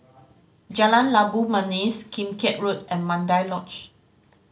Jalan Labu Manis Kim Keat Road and Mandai Lodge